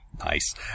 nice